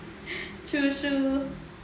true true